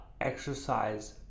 exercise